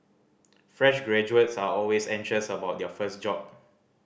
fresh graduates are always anxious about their first job